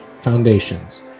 foundations